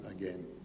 again